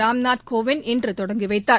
ராம் நாத் கோவிந்த் இன்று தொடங்கிவைத்தார்